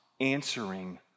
answering